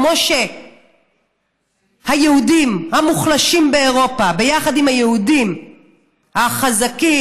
כמו שהיהודים המוחלשים באירופה ביחד עם היהודים החזקים,